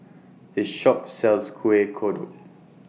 This Shop sells Kueh Kodok